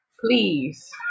Please